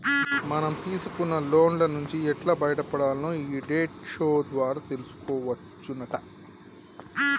మనం తీసుకున్న లోన్ల నుంచి ఎట్టి బయటపడాల్నో ఈ డెట్ షో ద్వారా తెలుసుకోవచ్చునట